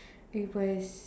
it was